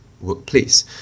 workplace